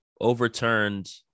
overturned